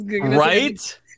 Right